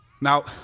Now